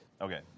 Okay